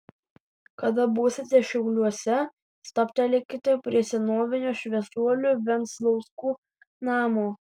kada būsite šiauliuose stabtelėkite prie senovinio šviesuolių venclauskų namo